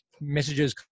messages